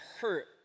hurt